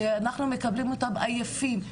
שאנחנו מקבלים אותם עייפים,